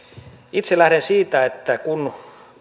itse lähden siitä että kun